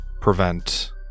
prevent